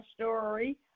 story